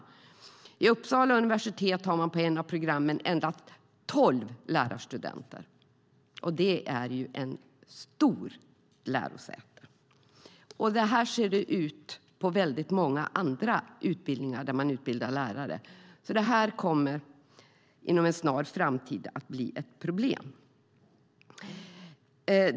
Vid Uppsala universitet har man på ett av programmen endast tolv lärarstudenter, och det är ju ett stort lärosäte. Så här ser det ut på väldigt många lärarutbildningar. Det kommer inom en snar framtid att bli ett problem.